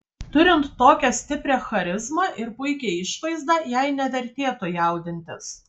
turint tokią stiprią charizmą ir puikią išvaizdą jai nevertėtų jaudintis